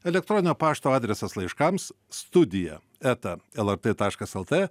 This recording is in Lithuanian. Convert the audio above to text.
elektroninio pašto adresas laiškams studija eta lrt taškas lt